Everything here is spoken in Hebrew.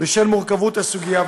בשל מורכבות הסוגיה,